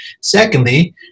Secondly